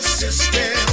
system